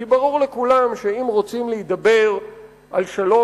כי ברור לכולם שאם רוצים להידבר על שלום